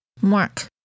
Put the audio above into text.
Mark